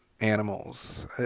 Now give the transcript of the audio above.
animals